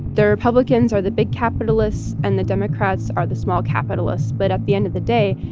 the republicans are the big capitalists, and the democrats are the small capitalists. but at the end of the day,